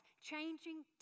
changing